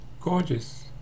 gorgeous